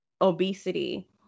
obesity